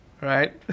right